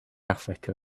africa